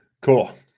cool